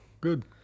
good